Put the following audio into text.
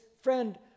friend